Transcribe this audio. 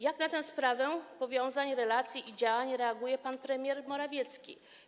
Jak na tę sprawę powiązań, relacji i działań reaguje pan premier Morawiecki?